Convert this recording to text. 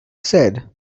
said